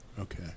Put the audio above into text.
Okay